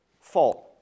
fault